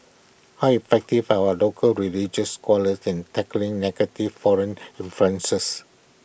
how effective for our local religious scholars in tackling negative foreign influences